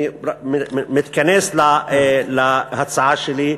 אני מתכנס להצעה שלי,